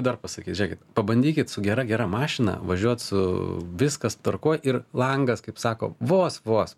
dar pasakyt žiūrėkit pabandykit su gera gera mašina važiuot su viskas tvarkoj ir langas kaip sako vos vos